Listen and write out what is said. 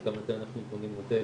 שגם לזה אנחנו בונים מודל,